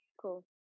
cool